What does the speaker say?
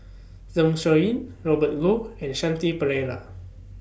Zeng Shouyin Robert Goh and Shanti Pereira